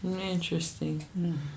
Interesting